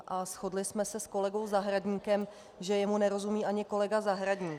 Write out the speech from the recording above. A shodli jsme se s kolegou Zahradníkem, že jemu nerozumí ani kolega Zahradník.